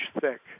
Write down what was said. thick